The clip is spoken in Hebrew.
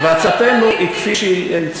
הם לא